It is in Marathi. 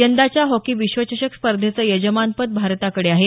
यंदाच्या हॉकी विश्वचषक स्पर्धेचं यजमानपद भारताकडे आहे